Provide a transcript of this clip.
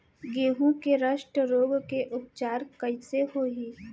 गेहूँ के रस्ट रोग के उपचार कइसे होही?